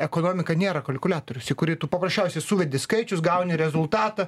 ekonomika nėra kalkuliatorius į kurį tu paprasčiausiai suvedi skaičius gauni rezultatą